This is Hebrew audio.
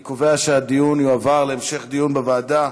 אני קובע שהנושא יועבר להמשך דיון בוועדה,